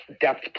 depth